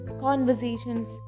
conversations